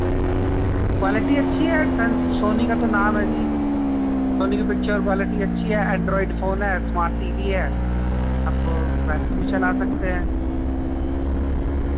quality اچھی ہے Sony کا تو نام ہے جی سونی کی پکچر کوالٹی اچھی ہے اینڈرائڈ فون ہے اسمارٹ ٹی وی ہے آپ ویسے بھی چلا سکتے ہیں